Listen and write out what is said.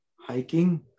hiking